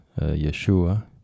Yeshua